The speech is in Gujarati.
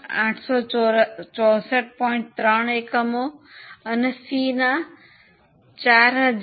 3 એકમો અને સીના 4020